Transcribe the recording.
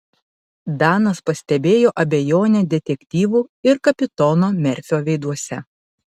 danas pastebėjo abejonę detektyvų ir kapitono merfio veiduose